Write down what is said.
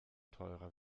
teurer